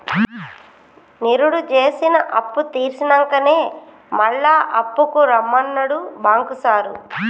నిరుడు జేసిన అప్పుతీర్సినంకనే మళ్ల అప్పుకు రమ్మన్నడు బాంకు సారు